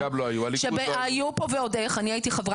זה לא היה, זה תיקון שעשינו עכשיו, נכון?